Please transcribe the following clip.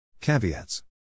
Caveats